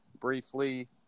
briefly